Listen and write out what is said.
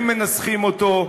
הם מנסחים אותו,